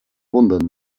wundern